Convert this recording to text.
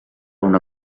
una